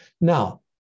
Now